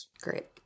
Great